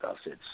assets